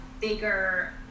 bigger